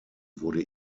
wurde